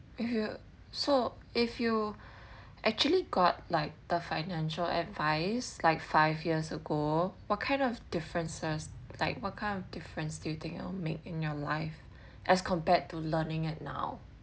if you so if you actually got like the financial advice like five years ago what kind of differences like what kind of difference do you think you'll make in your life as compared to learning at now